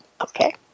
Okay